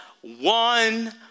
one